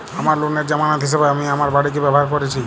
আমার লোনের জামানত হিসেবে আমি আমার বাড়িকে ব্যবহার করেছি